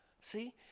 see